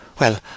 Well